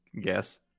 guess